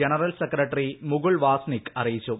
general secretary Mukul Wasnik അറിയിച്ചു